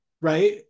right